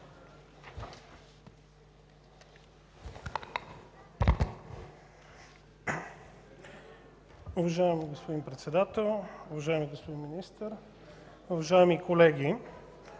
Уважаеми господин Председател, уважаеми господин Ананиев, уважаеми дами